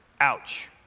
Ouch